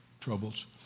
troubles